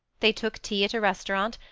they took tea at a restaurant,